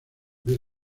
vez